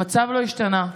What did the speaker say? המצב לא השתנה.